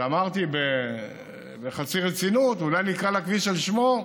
שאמרתי בחצי רצינות שאולי נקרא לכביש על שמו.